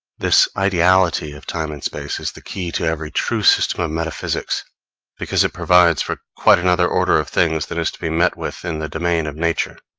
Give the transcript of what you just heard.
this ideality of time and space is the key to every true system of metaphysics because it provides for quite another order of things than is to be met with in the domain of nature.